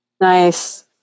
nice